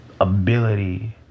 ability